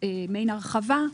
מעין הרחבה,